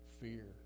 fear